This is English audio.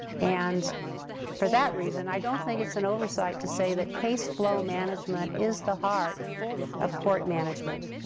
and for that reason, i don't think it's an oversight to say that caseflow management is the heart of court management.